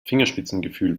fingerspitzengefühl